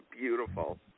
beautiful